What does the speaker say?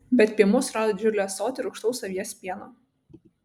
bet piemuo surado didžiulį ąsotį rūgštaus avies pieno